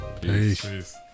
Peace